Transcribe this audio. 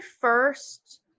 first